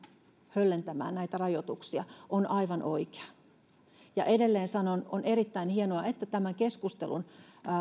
höllentämään näitä rajoituksia on aivan oikea ja edelleen sanon on erittäin hienoa että tämän keskustelun